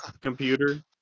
computer